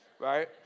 right